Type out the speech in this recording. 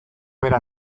bera